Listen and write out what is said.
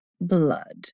blood